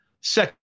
second